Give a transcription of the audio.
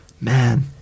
man